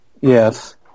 Yes